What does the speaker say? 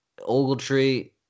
Ogletree